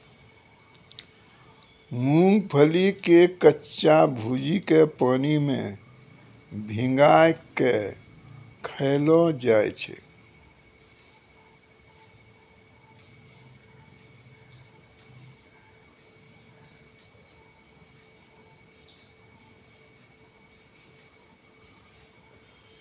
मूंगफली के कच्चा भूजिके पानी मे भिंगाय कय खायलो जाय छै